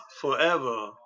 forever